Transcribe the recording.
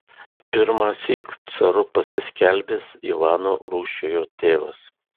pirmąsyk caru pasiskelbęs ivano rūsčiojo tėvas